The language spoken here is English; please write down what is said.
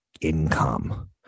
income